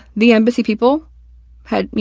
the embassy people had you